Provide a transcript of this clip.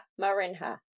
Marinha